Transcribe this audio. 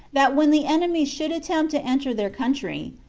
that when the enemies should attempt to enter their country,